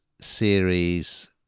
series